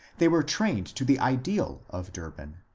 they were trained to the ideal of durbin,